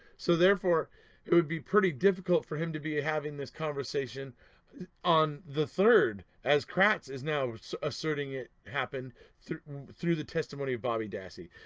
so therefore it would be pretty difficult for him to be having this conversation on the third as kratz is now asserting it happened through through the testimony of bobby dassey.